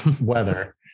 weather